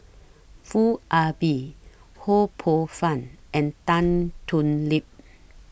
Foo Ah Bee Ho Poh Fun and Tan Thoon Lip